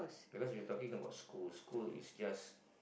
because you talking about school school is just